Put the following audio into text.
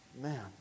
Man